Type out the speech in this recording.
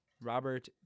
Robert